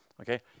Okay